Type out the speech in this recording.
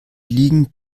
liegen